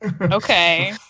okay